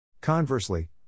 Conversely